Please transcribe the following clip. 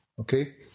Okay